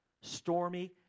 stormy